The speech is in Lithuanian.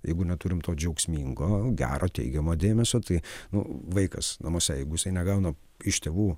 jeigu neturim to džiaugsmingo gero teigiamo dėmesio tai nu vaikas namuose jeigu jisai negauna iš tėvų